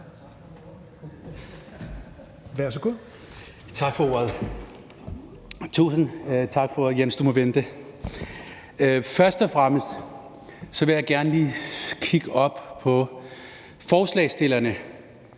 Først og fremmest vil jeg gerne lige kigge op på forslagsstillerne.